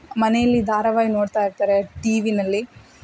ಮನೆಯಲ್ಲಿ ಧಾರವಾಹಿ ನೋಡ್ತಾ ಇರ್ತಾರೆ ಟಿವಿಯಲ್ಲಿ